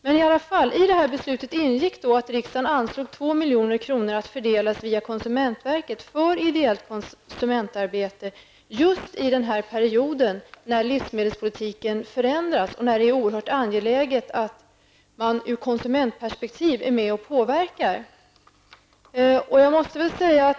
Men i detta beslut ingick att riksdagen anslog 2 milj.kr. att fördelas via konsumentverket för ideellt konsumentarbete under just den period när livsmedelspolitiken förändras. Det är oerhört angeläget att konsumentperspektivet tas till vara och att man är med och påverkar.